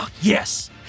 Yes